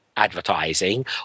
advertising